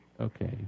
Okay